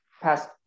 pass